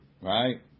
Right